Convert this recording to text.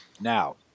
Now